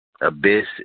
Abyss